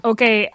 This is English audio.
Okay